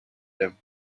them